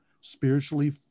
spiritually